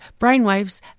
brainwaves